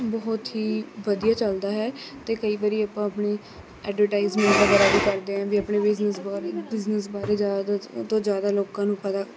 ਬਹੁਤ ਹੀ ਵਧੀਆ ਚੱਲਦਾ ਹੈ ਅਤੇ ਕਈ ਵਾਰੀ ਆਪਾਂ ਆਪਣੀ ਐਡਵਰਟਾਇਜ਼ਮੈਂਟ ਵਗੈਰਾ ਵੀ ਕਰਦੇ ਹਾਂ ਵੀ ਆਪਣੇ ਬਿਜ਼ਨੈੱਸ ਬਾਰ ਬਿਜ਼ਨੈੱਸ ਬਾਰੇ ਜ਼ਿਆਦਾ ਤੋਂ ਜ਼ਿਆਦਾ ਲੋਕਾਂ ਨੂੰ ਪਤਾ